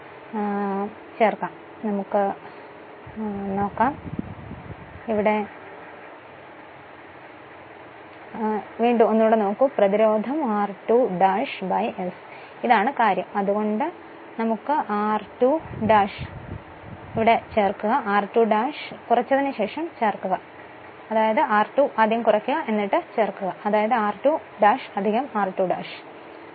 അതിനാൽ അതിലേക്ക് നോക്കുകയാണെങ്കിൽ അത് ഉണ്ടാക്കുക കാരണം എല്ലാ കാര്യങ്ങളെയും ചെറിയ അക്ഷരത്തിൽ പ്രതിനിധീകരിക്കുന്നു